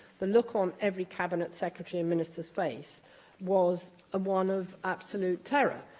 the look on every cabinet secretary and minister's face was one of absolute terror.